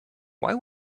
why